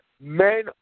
Men